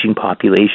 population